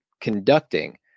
conducting